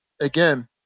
again